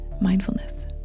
Mindfulness